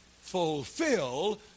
Fulfill